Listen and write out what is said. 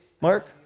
Mark